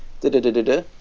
da-da-da-da-da